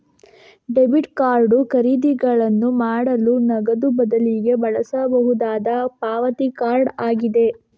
debit card ಖರೀದಿಗಳನ್ನು ಮಾಡಲು ನಗದು ಬದಲಿಗೆ ಬಳಸಬಹುದಾದ ಪಾವತಿ ಕಾರ್ಡ್ ಆಗಿದೆ